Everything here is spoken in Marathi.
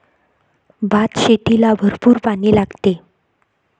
भातशेतीला भरपूर पाणी लागते